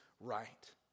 right